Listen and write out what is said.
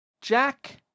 Jack